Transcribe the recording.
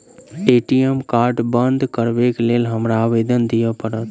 ATM card बंद करैक लेल हमरा आवेदन दिय पड़त?